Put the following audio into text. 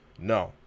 No